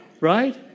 Right